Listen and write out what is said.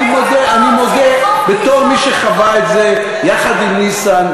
אני מודה בתור מי שחווה את זה יחד עם ניסן,